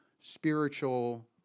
spiritual